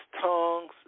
tongues